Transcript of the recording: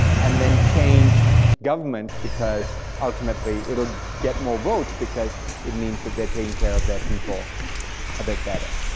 and then to change governments because ultimately, it will get more votes, because it means that they're taking care of their people a bit better.